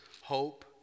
hope